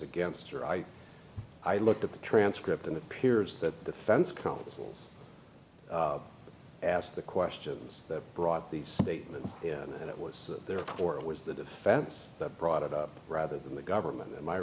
against her i i looked at the transcript and it appears that defense counsel's asked the questions that brought these statements and it was there or it was the defense that brought it up rather than the government in my